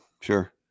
sure